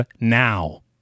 now